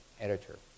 editor